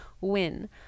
win